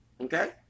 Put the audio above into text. Okay